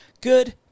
good